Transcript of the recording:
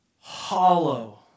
Hollow